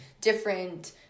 different